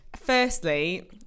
Firstly